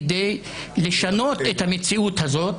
כדי לשנות את המציאות הזאת,